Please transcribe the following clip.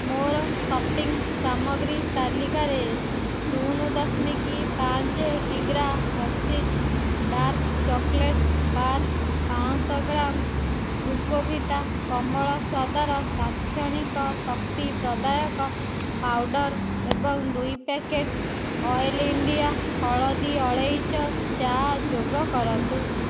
ମୋର ସପିଂ ସାମଗ୍ରୀ ତାଲିକାରେ ଶୂନୁ ଦଶମିକ ପାଞ୍ଚ କିଗ୍ରା ହର୍ଷିଜ୍ ଡାର୍କ୍ ଚକୋଲେଟ୍ ବାର୍ ପାଁଶହ ଗ୍ରାମ୍ ଗ୍ଲୁକୋଭିଟା କମଳା ସ୍ୱାଦର ତାତ୍କ୍ଷଣିକ ଶକ୍ତି ପ୍ରଦାୟକ ପାଉଡ଼ର୍ ଏବଂ ଦୁଇ ପ୍ୟାକେଟ୍ ଅଏଲ୍ ଇଣ୍ଡିଆ ହଳଦୀ ଅଳେଇଚ ଚା ଯୋଗ କରନ୍ତୁ